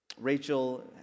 Rachel